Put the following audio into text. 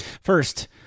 First